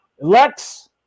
Lex